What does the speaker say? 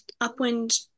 upwind